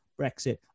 Brexit